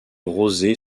rosée